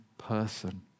person